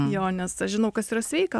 jo nes aš žinau kas yra sveika